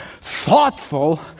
thoughtful